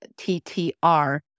TTR